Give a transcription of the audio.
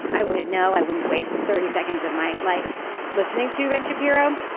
i wouldn't know. i wouldn't waste thirty seconds of my life listening to ben shapiro.